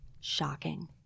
Shocking